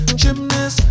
gymnast